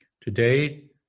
Today